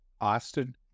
Austin